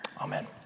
amen